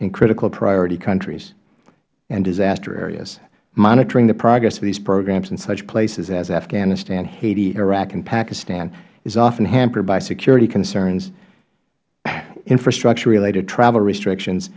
in critical priority countries and disaster areas monitoring the progress of these programs in such places as afghanistan haiti iraq and pakistan is often hampered by security concerns infrastructure related travel restrictions